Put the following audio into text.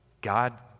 God